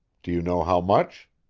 do you know how much?